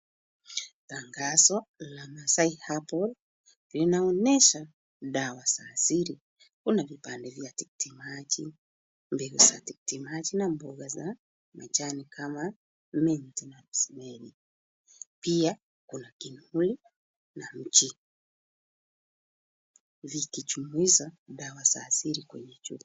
Tangazo la Masai Herbal linaonyesha dawa za aili. Kuna vipande vya tikitimaji, mbegu za tikitimaji na mboga za majani kama rosemary .Pia kuna kinuli na mchi vikijumuisha dawa za asili kwenye chupa.